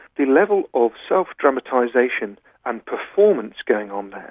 the level of self-dramatisation and performance going on there,